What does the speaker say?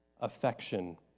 Affection